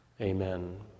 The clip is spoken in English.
Amen